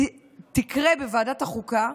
יקרו בוועדת החוקה,